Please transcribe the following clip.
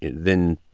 then,